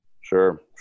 Sure